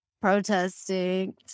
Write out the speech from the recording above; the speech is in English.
protesting